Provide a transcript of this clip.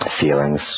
feelings